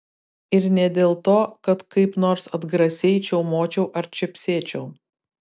ir ne dėl to kad kaip nors atgrasiai čiaumočiau ar čepsėčiau